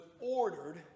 ordered